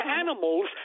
animals